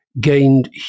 gained